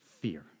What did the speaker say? fear